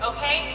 Okay